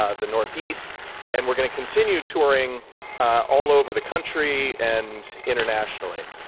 ah the northeast and we're gonna continue touring all over the country and internationally.